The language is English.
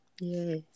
Yes